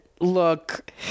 look